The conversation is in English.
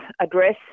address